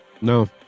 No